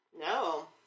No